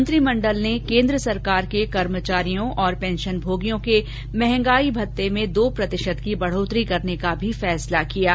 मंत्रिमण्डल ने केन्द्र सरकार के कर्मचारियों और पेंशनभोगियों के मंहगाई भत्ते में दो प्रतिशत की बढ़ोतरी करने का भी फैसला किया है